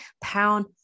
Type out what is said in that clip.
pound